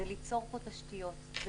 זה ליצור פה תשתיות,